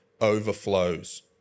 overflows